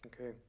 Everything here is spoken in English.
Okay